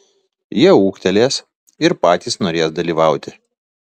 jie ūgtelės ir patys norės dalyvauti